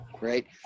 right